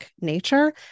nature